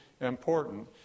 important